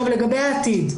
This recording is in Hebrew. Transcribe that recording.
לגבי העתיד,